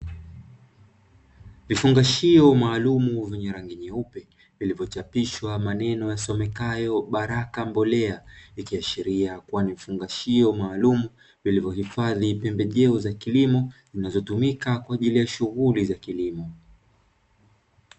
Vifungashio maalumu vyenye rangi nyeupe vilivyochapishwa maneno yasomekayo "Baraka mbolea", ikiashiria kuwa ni vifungashio maalumu vilivyohifadhi pembejeo za kilimo zinazotumika kwa ajili ya shughuli za kilimo.